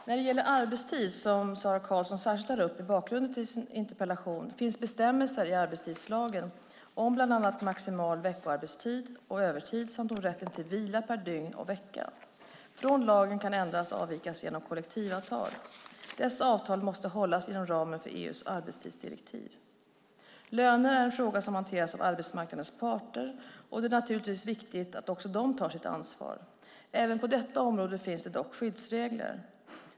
När det gäller arbetstid, som Sara Karlsson särskilt tar upp i bakgrunden till sin interpellation, finns bestämmelser i arbetstidslagen om bland annat maximal veckoarbetstid och övertid samt om rätten till vila per dygn och vecka. Från lagen kan endast avvikas genom kollektivavtal. Dessa avtal måste hållas inom ramen för EU:s arbetstidsdirektiv. Löner är en fråga som hanteras av arbetsmarknadens parter, och det är naturligtvis viktigt att de också tar sitt ansvar. Även på detta område finns det dock skyddsregler.